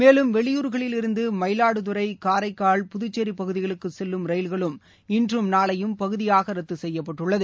மேலும் வெளியூர்களில் இருந்து மயிலாடுதுறை காரைக்கால் புதுச்சேரி பகுதிகளுக்கு செல்லும் ரயில்களும் இன்றும் நாளையும் பகுதியாக ரத்து செய்யப்பட்டுள்ளது